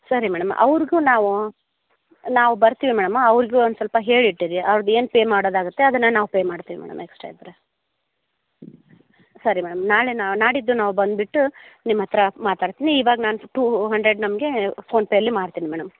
ಸರಿ ಮೇಡಮ್ ಅವ್ರಿಗೂ ನಾವು ನಾವು ಬರ್ತೀವಿ ಮೇಡಮ್ ಅವ್ರಿಗೂ ಒಂದು ಸ್ವಲ್ಪ ಹೇಳಿ ಇಟ್ಟಿರಿ ಅವ್ರ್ದು ಏನು ಪೇ ಮಾಡೋದಾಗುತ್ತೆ ಅದನ್ನು ನಾವು ಪೇ ಮಾಡ್ತೀವಿ ಮೇಡಮ್ ಎಕ್ಸ್ಟ್ರಾ ಇದ್ದರೆ ಸರಿ ಮೇಡಮ್ ನಾಳೆ ನಾಡಿದ್ದು ನಾವು ಬಂದುಬಿಟ್ಟು ನಿಮ್ಮ ಹತ್ತಿರ ಮಾತಾಡ್ತೀನಿ ಇವಾಗ ನಾನು ಟು ಹಂಡ್ರೆಡ್ ನಮಗೆ ಫೋನ್ಪೇಲಿ ಮಾಡ್ತೀನಿ ಮೇಡಮ್